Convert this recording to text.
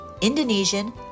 Indonesian